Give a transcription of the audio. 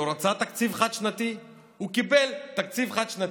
תקציב חד-שנתי, הוא קיבל תקציב חד-שנתי.